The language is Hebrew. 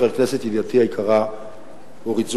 חברת הכנסת ידידתי היקרה אורית זוארץ,